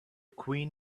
queen